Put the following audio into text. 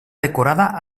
decorada